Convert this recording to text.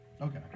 Okay